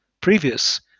previous